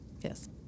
Yes